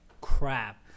crap